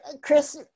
Chris